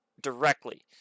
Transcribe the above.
directly